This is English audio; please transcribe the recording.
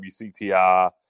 WCTI